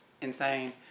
insane